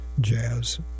jazz